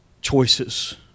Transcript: choices